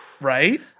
Right